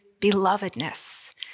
belovedness